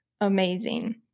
Amazing